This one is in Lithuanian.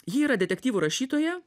ji yra detektyvų rašytoja